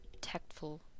tactful